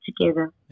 together